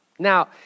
Now